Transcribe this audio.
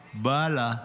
בעלה,